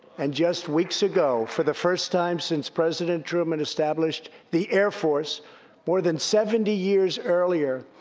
and just weeks ago, for the first time since president truman established the air force more than seventy years earlier,